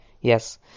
Yes